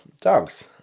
dogs